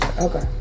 Okay